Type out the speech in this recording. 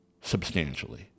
substantially